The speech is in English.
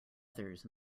others